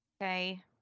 Okay